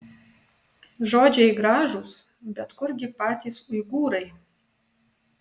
žodžiai gražūs bet kurgi patys uigūrai